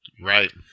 right